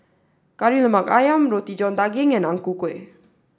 Kari Lemak Ayam Roti John Daging and Ang Ku Kueh